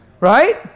Right